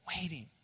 waiting